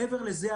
מעבר לזה,